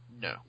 No